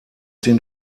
den